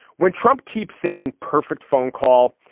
when trump keeps saying perfect phone call,